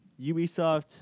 Ubisoft